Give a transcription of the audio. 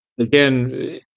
Again